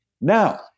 Now